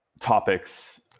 topics